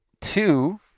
Two